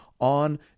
on